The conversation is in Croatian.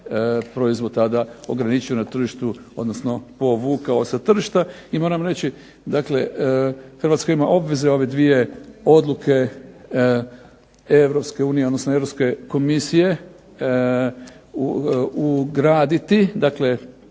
proizvod tada ograničio na tržištu, odnosno povukao sa tržišta. I moram reći dakle, Hrvatska ima obveze ove dvije odluke Europske unije, odnosno Europske Komisije ugraditi, dakle